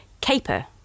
caper